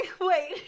wait